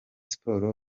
sports